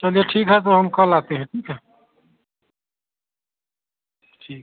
चलिए ठीक है तो हम कल आते हैं ठीक है ठीक